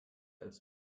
als